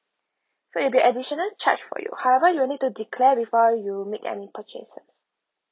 so it'll be additional charge for you however you'll need to declare before you make any purchases